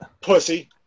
Pussy